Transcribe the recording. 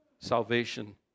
salvation